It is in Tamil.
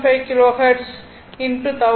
475 கிலோ ஹெர்ட்ஸ் x 1000